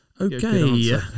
Okay